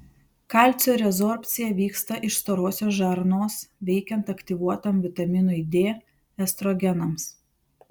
kalcio rezorbcija vyksta iš storosios žarnos veikiant aktyvuotam vitaminui d estrogenams